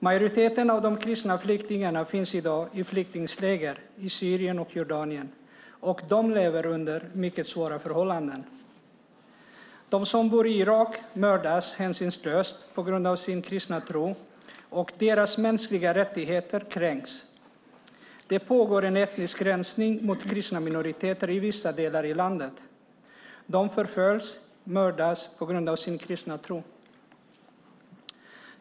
Majoriteten av de kristna flyktingarna finns i dag i flyktingläger i Syrien och Jordanien. De lever under mycket svåra förhållanden. De som bor i Irak mördas hänsynslöst på grund av sin kristna tro, och deras mänskliga rättigheter kränks. Det pågår en etnisk rensning av kristna minoriteter i vissa delar av landet. De förföljs och mördas på grund av sin kristna tro.